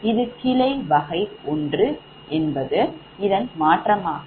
இது கிளை வகை 1 மாற்றமாகும்